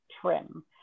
trim